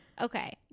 Okay